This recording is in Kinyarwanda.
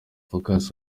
phocas